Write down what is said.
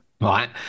Right